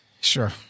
Sure